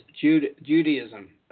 judaism